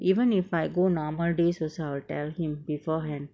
even if I go normal days also I will tell him beforehand